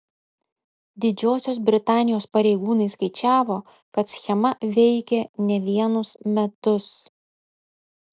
didžiosios britanijos pareigūnai skaičiavo kad schema veikė ne vienus metus